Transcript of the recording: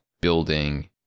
building